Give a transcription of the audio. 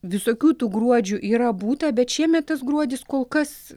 visokių tų gruodžių yra būta bet šiemet tas gruodis kol kas